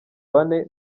bane